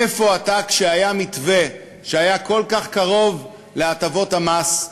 איפה אתה כשהיה מתווה שהיה כל כך קרוב להטבות המס,